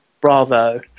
bravo